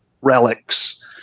relics